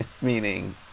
Meaning